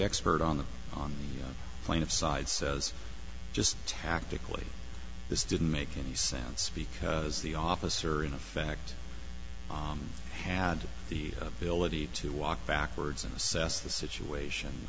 expert on the on the plane of side says just tactically this didn't make any sense because the officer in effect had the ability to walk backwards and assess the situation